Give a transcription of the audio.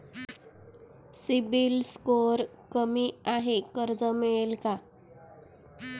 CIBIL score कमी आहे कर्ज मिळेल का?